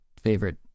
favorite